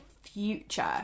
future